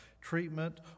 treatment